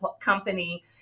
company